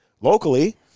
locally